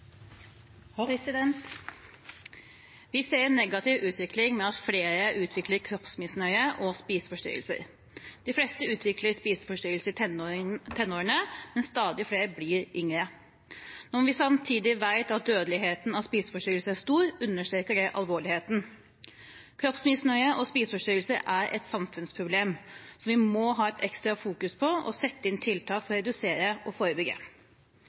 Vi ser en negativ utvikling ved at flere utvikler kroppsmisnøye og spiseforstyrrelser. De fleste utvikler spiseforstyrrelser i tenårene, men stadig flere blir yngre. Når vi samtidig vet at dødeligheten ved spiseforstyrrelser er stor, understreker det alvorligheten. Kroppsmisnøye og spiseforstyrrelser er et samfunnsproblem, så vi må ha et ekstra fokus på å sette inn tiltak ved å redusere og forebygge.